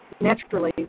naturally